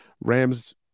Rams